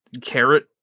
carrot